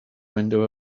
window